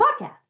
podcast